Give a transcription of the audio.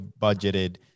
budgeted